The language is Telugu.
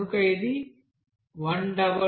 కనుక ఇది 144147